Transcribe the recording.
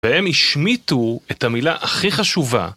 והם השמיטו את המילה הכי חשובה.